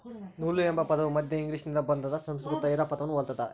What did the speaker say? ನೂಲು ಎಂಬ ಪದವು ಮಧ್ಯ ಇಂಗ್ಲಿಷ್ನಿಂದ ಬಂದಾದ ಸಂಸ್ಕೃತ ಹಿರಾ ಪದವನ್ನು ಹೊಲ್ತದ